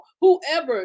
Whoever